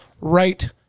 right